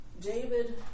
David